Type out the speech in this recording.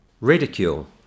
ridicule